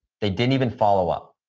they didn't even follow up.